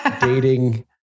dating